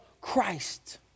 Christ